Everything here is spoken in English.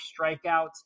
strikeouts